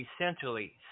essentially